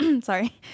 sorry